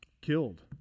killed